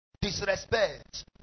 Disrespect